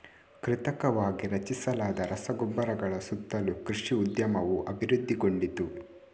ಕೃತಕವಾಗಿ ರಚಿಸಲಾದ ರಸಗೊಬ್ಬರಗಳ ಸುತ್ತಲೂ ಕೃಷಿ ಉದ್ಯಮವು ಅಭಿವೃದ್ಧಿಗೊಂಡಿತು